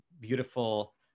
Beautiful